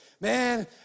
man